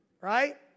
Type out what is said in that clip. Right